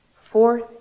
Fourth